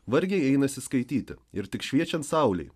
vargiai einasi skaityti ir tik šviečiant saulei